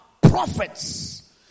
prophets